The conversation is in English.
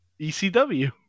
ECW